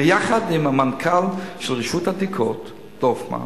ביחד עם המנכ"ל של רשות העתיקות דורפמן,